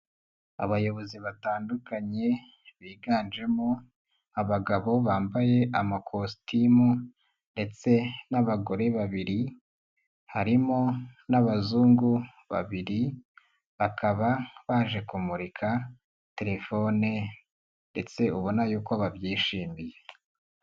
Abayobozi batandukanye biganjemo abagabo bambaye amakositimu ndetse n'abagore babiri harimo n'abazungu babiri bakaba baje kumurika telefone ndetse ubona y'uko babyishimiye.